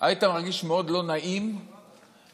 היית מרגיש מאוד לא נעים איך